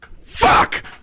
Fuck